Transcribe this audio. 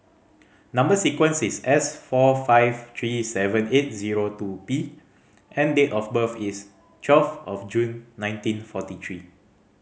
number sequence is S four five three seven eight zero two P and date of birth is twelve of June nineteen forty three